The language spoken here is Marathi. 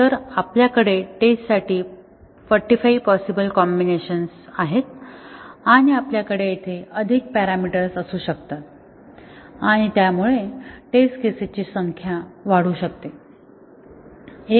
तर आपल्याकडे टेस्ट साठी 45 पॉसिबल कॉम्बिनेशन आहेत आणि आपल्याकडे येथे अधिक पॅरामीटर्स असू शकतात आणि त्यामुळे टेस्ट केसेस ची संख्या वाढू शकते